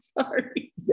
Sorry